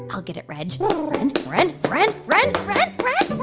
i'll get it, reg run, run, run, run, run,